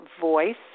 voice